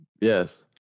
yes